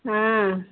हाँ